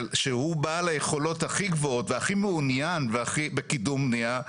שהוא בעל היכולות הכי גבוהות והכי מעוניין בקידום בנייה,